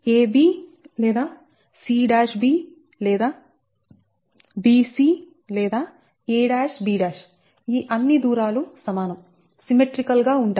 ab లేదా cb లేదా bc లేదా ab ఈ అన్ని దూరాలు సమానం సిమ్మెట్రీకల్ గా ఉంటాయి